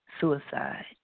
Suicide